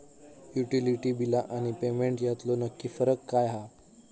Utility बिला आणि payment यातलो नक्की फरक काय हा?